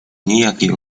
niejakiej